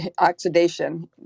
oxidation